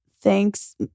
thanks